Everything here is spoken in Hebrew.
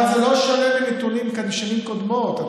אבל זה לא שונה מנתונים משנים קודמות.